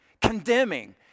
condemning